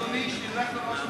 מאדוני שילך לראש הממשלה,